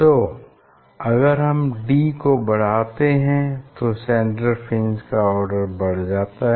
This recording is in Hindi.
सो अगर हम d को बढ़ाते हैं तो सेंट्रल फ्रिंज का ऑर्डर बढ़ जाता है